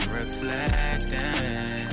reflecting